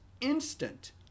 instant